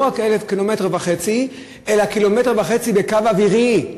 לא רק 1.5 קילומטר אלא 1.5 קילומטר בקו אווירי.